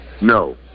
No